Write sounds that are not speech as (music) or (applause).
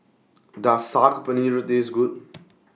Does Saag Paneer Taste Good (noise)